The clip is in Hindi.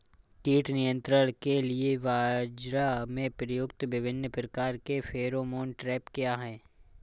कीट नियंत्रण के लिए बाजरा में प्रयुक्त विभिन्न प्रकार के फेरोमोन ट्रैप क्या है?